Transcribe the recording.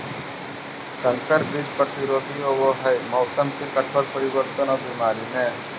संकर बीज प्रतिरोधी होव हई मौसम के कठोर परिवर्तन और बीमारी में